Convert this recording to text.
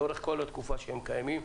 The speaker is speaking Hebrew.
לאורך כל תקופת קיומם.